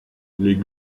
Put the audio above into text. les